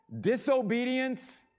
disobedience